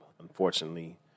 unfortunately